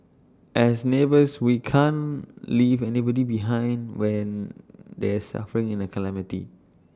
as neighbours we can't leave anybody behind when they're suffering in A calamity